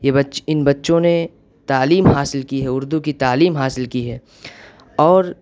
یہ بچے ان بچوں نے تعلیم حاصل کی ہے اردو کی تعلیم حاصل کی ہے اور